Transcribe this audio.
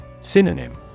Synonym